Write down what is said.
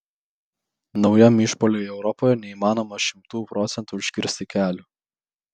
naujam išpuoliui europoje neįmanoma šimtu procentų užkirsti kelio